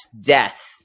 death